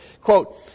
Quote